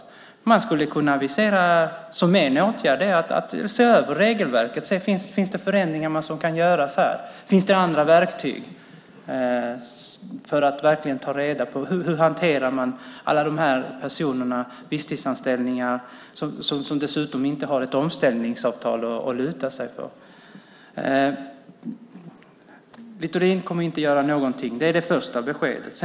En åtgärd skulle kunna vara att avisera att man skulle se över regelverket och se om det finns några förändringar som kan göras där och om det finns några andra verktyg för att ta reda på hur man hanterar alla dessa personer som har visstidsanställningar och som dessutom inte har ett omställningsavtal att luta sig mot. Littorin kommer inte att göra någonting. Det är det första beskedet.